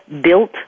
built